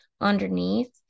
underneath